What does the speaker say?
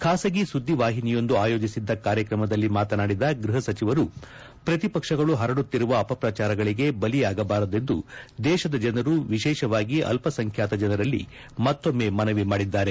ಖಾಸಗಿ ಸುದ್ದಿ ವಾಹಿನಿಯೊಂದು ಆಯೋಜಿಸಿದ್ದ ಕಾರ್ಯಕ್ರಮದಲ್ಲಿ ಮಾತನಾಡಿದ ಗ್ವಹ ಸಚಿವರು ಪ್ರತಿಪಕ್ಷಗಳು ಹರಡುತ್ತಿರುವ ಅಪಪ್ರಚಾರಗಳಿಗೆ ಬಲಿಯಾಗಬಾರದೆಂದು ದೇಶದ ಜನರು ವಿಶೇಷವಾಗಿ ಅಲ್ಸಸಂಖ್ಯಾತ ಜನರಲ್ಲಿ ಮತ್ತೊಮ್ಮೆ ಮನವಿ ಮಾಡಿದ್ದಾರೆ